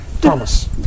Thomas